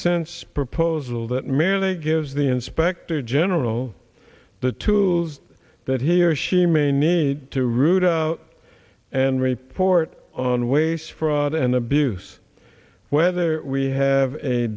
commonsense proposal that merely gives the inspector general the tools that he or she may need to root out and report on waste fraud and abuse whether we have a